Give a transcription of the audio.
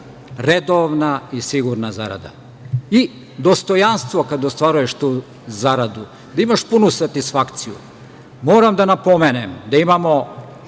redovna i sigurna zarada i dostojanstvo kada ostvaruješ tu zaradu, da imaš punu satisfakciju. Moram da napomenem da imamo